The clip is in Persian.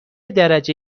درجه